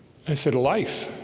i said life